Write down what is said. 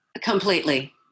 Completely